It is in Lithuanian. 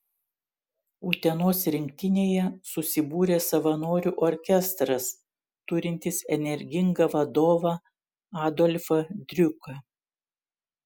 utenos rinktinėje susibūrė savanorių orkestras turintis energingą vadovą adolfą driuką